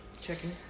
Checking